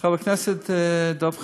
חבר הכנסת דב חנין,